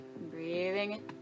breathing